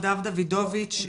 אני מבינה שפרופ' נדב דוידוביץ,